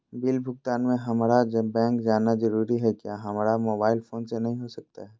Bill भुगतान में हम्मारा बैंक जाना जरूर है क्या हमारा मोबाइल फोन से नहीं हो सकता है?